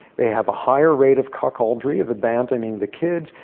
they have a higher rate of cuckoldry, of abandoning the kids.